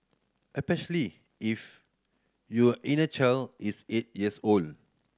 especially if your inner child is eight years old